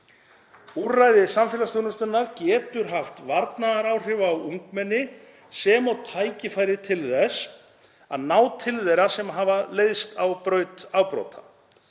Úrræði samfélagsþjónustunnar getur haft varnaðaráhrif fyrir ungmenni sem og tækifæri til þess að ná til þeirra sem leiðst hafa á braut afbrota.